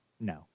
No